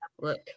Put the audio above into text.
look